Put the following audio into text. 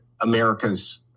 America's